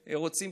שרוצים,